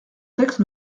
texte